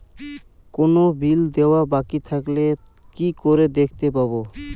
কোনো বিল দেওয়া বাকী থাকলে কি করে দেখতে পাবো?